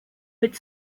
but